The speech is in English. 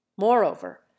moreover